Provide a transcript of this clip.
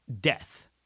death